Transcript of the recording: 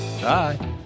Bye